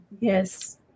Yes